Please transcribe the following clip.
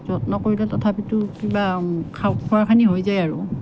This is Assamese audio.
যত্ন কৰিলে তথাপিতো কিবা খাও খোৱাখিনি হৈ যায় আৰু